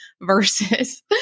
versus